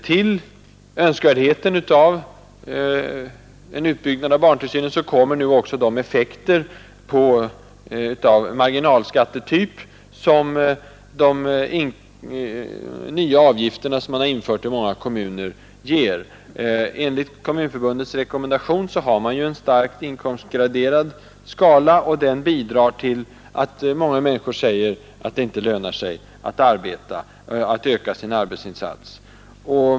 Till önskvärdheten av en utbyggnad av barntillsynen kommer också nu de effekter av marginalskattetyp som de nya avgifterna i många kommuner medför. Enligt Kommunförbundets rekommendation har man en starkt inkomstgraderad skala, som bidrar till att många människor säger att det inte lönar sig att öka sin arbetsinsats.